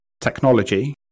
technology